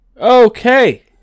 Okay